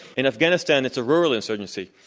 in afghanistan it's a rural insurgency.